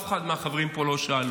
את אף אחד מהחברים פה לא שאלו,